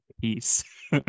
Peace